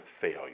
failure